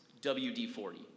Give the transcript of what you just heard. WD-40